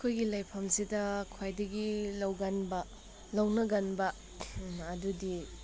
ꯑꯩꯈꯣꯏꯒꯤ ꯂꯩꯐꯝꯁꯤꯗ ꯈ꯭ꯋꯥꯏꯗꯒꯤ ꯂꯧꯒꯟꯕ ꯂꯧꯅꯒꯟꯕ ꯑꯗꯨꯗꯤ